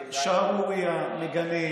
מגנה,